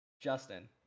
Justin